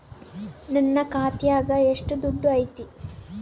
ನನ್ನ ಖಾತ್ಯಾಗ ಎಷ್ಟು ದುಡ್ಡು ಐತಿ?